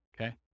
Okay